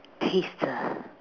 kiss the